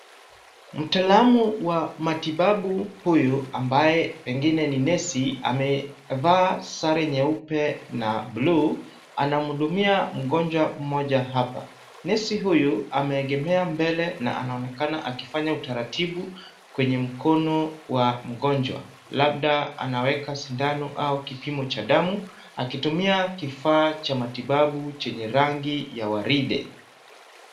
Mtalaamu wa matibabu huyu, ambaye pengine ni nesi, amevaa sare nyeupe na bluu, anamhudumia mgonjwa mmoja hapa. Nesi huyu ameegemea mbele na anaonekana akifanya utaratibu kwenye mkono wa mgonjwa. Labda anaweka sindano au kipimo cha damu akitumia kifaa cha matibabu chenye rangi ya waridi.